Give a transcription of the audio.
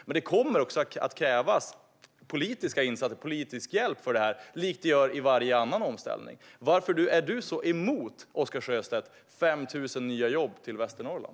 Men det kommer att krävas politiska insatser och politisk hjälp för detta, likt det gör i varje annan omställning. Varför är du, Oscar Sjöstedt, så emot 5 000 nya jobb till Västernorrland?